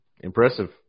Impressive